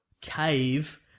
cave